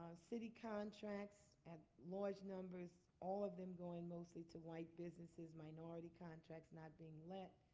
ah city contracts, at large numbers, all of them going mostly to white businesses. minority contracts not being let.